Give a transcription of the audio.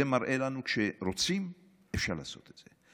זה מראה לנו שכשרוצים, אפשר לעשות את זה.